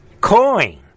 coin